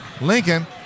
Lincoln